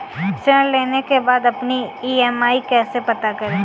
ऋण लेने के बाद अपनी ई.एम.आई कैसे पता करें?